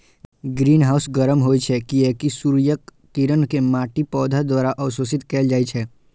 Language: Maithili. ग्रीनहाउस गर्म होइ छै, कियैकि सूर्यक किरण कें माटि, पौधा द्वारा अवशोषित कैल जाइ छै